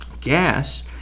Gas